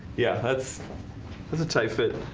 yeah, that's that's a tight fit.